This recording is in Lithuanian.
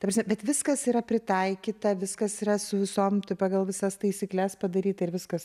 ta prasme bet viskas yra pritaikyta viskas yra su visom taip pagal visas taisykles padaryta ir viskas